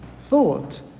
thought